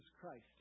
Christ